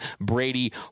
Brady